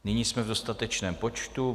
Nyní jsme v dostatečném počtu.